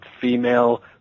female